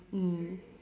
mm